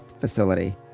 facility